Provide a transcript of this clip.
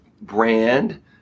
brand